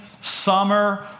summer